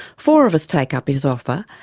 four of us take up his offer,